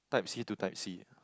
type C to type C